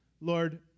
Lord